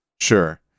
Sure